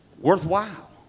worthwhile